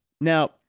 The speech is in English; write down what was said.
Now